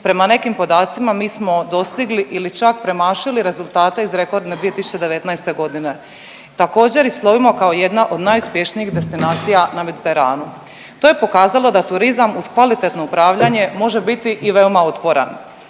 prema nekim podacima, mi smo dostigli ili čak premašili rezultate iz rekordne 2019. g. Također i slovimo kao jedna od najuspješnijih destinacija na Mediteranu. To je pokazalo da turizam uz kvalitetno upravljanje može biti i veoma otporan.